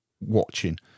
watching